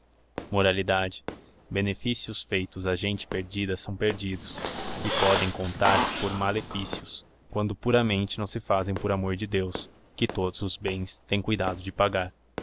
perigo benefícios feitos a gente perdida são perdidos e podem contar-se por malefícios quando puramente não se fazem por amor de deos que todos os bens tem cuidado de pagar